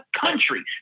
country